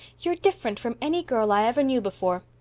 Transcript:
you're different from any girl i ever knew before.